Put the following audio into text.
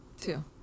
Two